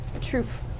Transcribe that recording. truth